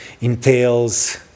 entails